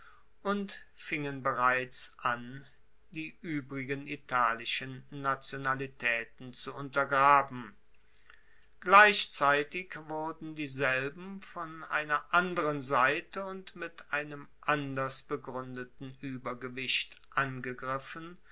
und fingen bereits an die uebrigen italischen nationalitaeten zu untergraben gleichzeitig wurden dieselben von einer anderen seite und mit einem anders begruendeten uebergewicht angegriffen